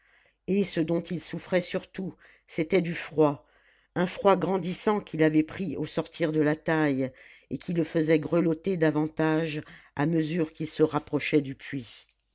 et ce dont il souffrait surtout c'était du froid un froid grandissant qui l'avait pris au sortir de la taille et qui le faisait grelotter davantage à mesure qu'il se rapprochait du puits